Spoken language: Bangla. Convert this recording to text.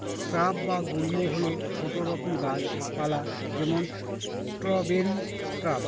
স্রাব বা গুল্ম হল ছোট রকম গাছ পালা যেমন স্ট্রবেরি শ্রাব